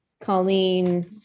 Colleen